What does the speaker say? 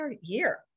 year